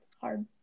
hard